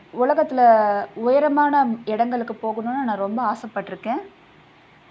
உலகத்தில் உயரமான இடங்களுக்கு போகணுன்னு நான் ரொம்ப ஆசைப்பட்ருக்கேன்